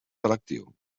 selectiu